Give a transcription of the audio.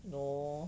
no